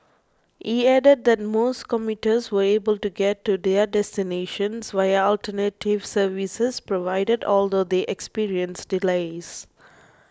he added that most commuters were able to get to their destinations via alternative services provided although they experienced delays